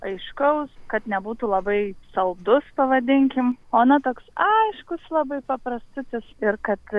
aiškaus kad nebūtų labai saldus pavadinkim ona toks aiškus labai paprastutis ir kad